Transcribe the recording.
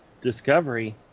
Discovery